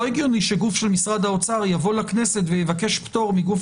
לא הגיוני שגוף של משרד האוצר יבוא לכנסת ויבקש פטור מגוף